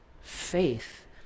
faith